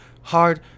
hard